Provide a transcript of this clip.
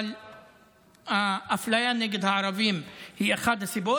אבל האפליה נגד הערבים היא אחת הסיבות.